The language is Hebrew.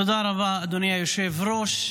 תודה רבה, אדוני היושב-ראש.